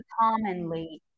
commonly